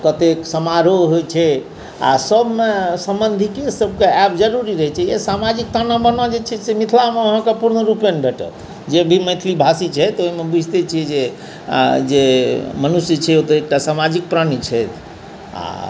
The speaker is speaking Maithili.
कतेक समारोह होइ छै आ सबमे सम्बन्धिके सबके आयब जरूरी रहै छै सामाजिक ताना बाना जे छै से मिथला मे अहाँके पूर्ण रूपेन भेटत जेभी मैथली भाषी छथि ओहिमे बुझिते छियै जे जे मनुष्य छै ओ त एकटा सामाजिक प्राणी छथि आ